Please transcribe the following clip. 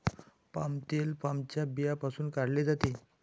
palm तेल पामच्या बियांपासून काढले जाते